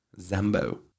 Zambo